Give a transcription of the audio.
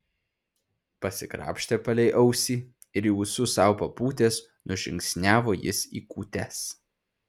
pasikrapštė palei ausį ir į ūsus sau papūtęs nužingsniavo jis į kūtes